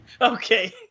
okay